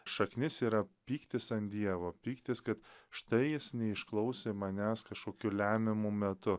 šaknis yra pyktis ant dievo pyktis ka štai jis neišklausė manęs kažkokiu lemiamu metu